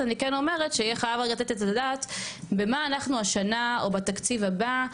אני כן אומרת שיהיה חייב לתת את הדעת במה אנחנו השנה או בתקציב הבא,